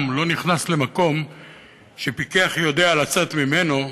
לא נכנס למקום שפיקח יודע לצאת ממנו.